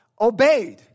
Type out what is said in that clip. Obeyed